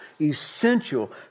essential